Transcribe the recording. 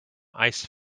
ice